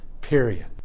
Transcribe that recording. Period